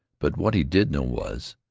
but what he did know was,